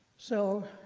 so